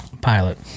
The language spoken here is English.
Pilot